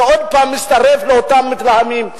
שעוד פעם מצטרף לאותם מתלהמים.